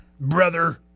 brother